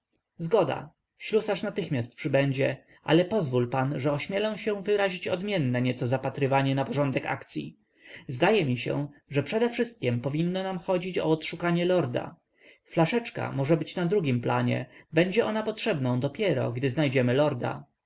lorda zgoda ślusarz natychmiast przybędzie ale pozwól pan że ośmielę się wyrazić odmienne nieco zapatrywanie na porządek akcyi zdaje mi się że przedewszystkiem powinno nam chodzić o odszukanie lorda flaszeczka może być na drugim planie będzie ona potrzebną dopiero gdy znajdziemy lorda